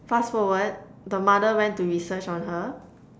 fast forward the mother went to research on her